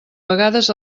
vegades